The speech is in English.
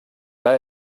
buy